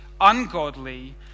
ungodly